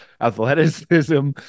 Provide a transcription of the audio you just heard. athleticism